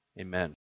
Amen